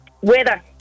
Weather